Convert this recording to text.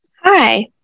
Hi